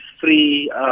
free